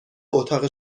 اتاق